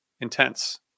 intense